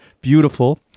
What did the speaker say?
Beautiful